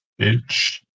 Bitch